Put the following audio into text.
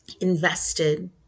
invested